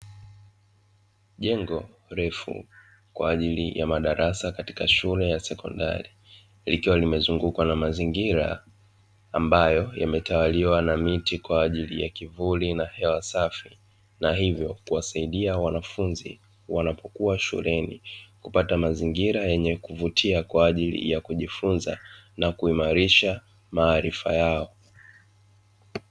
Jengo refu kwa ajili ya madarasa katika shule ya sekondari, likiwa limezungukwa na mazingira ambayo yametawaliwa na miti kwa ajili ya kivuli na hewa safi, na hivyo kuwasaidia wanafunzi wanapokuwa shuleni kupata mazingira yenye kuvutia kwa ajili ya kujifunza na kuimarisha maarifa yao.